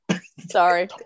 Sorry